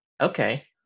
Okay